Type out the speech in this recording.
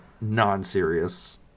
non-serious